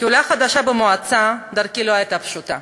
כעולה חדשה במועצה, דרכי לא הייתה פשוטה.